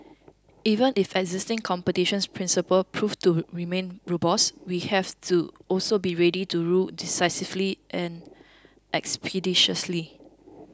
even if existing competitions principles prove to remain robust we have to also be ready to rule decisively and expeditiously